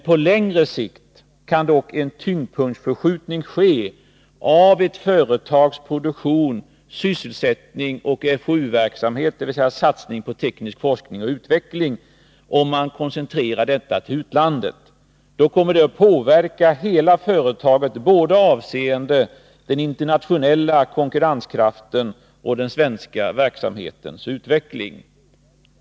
På längre sikt kan dock en tyngdpunktsförskjutning ske av ett företags produktion, sysselsättning och FoU-verksamhet, dvs. satsning på teknisk forskning och utveckling, om man koncentrerar dessa till utlandet. Då kommer det att påverka hela företaget, avseende både den internationella konkurrenskraften och den svenska verksamhetens utveckling.